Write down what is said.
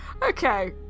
Okay